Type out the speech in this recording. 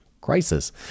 crisis